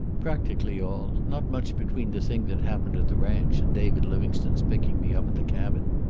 practically all. not much between the thing that happened at the ranch and david livingstone's picking me up at the cabin.